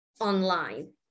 online